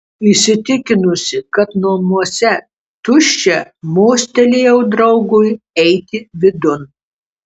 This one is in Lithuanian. įsitikinusi kad namuose tuščia mostelėjau draugui eiti vidun